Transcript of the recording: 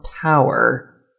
power